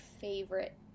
favorite